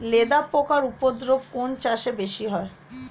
লেদা পোকার উপদ্রব কোন চাষে বেশি হয়?